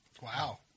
Wow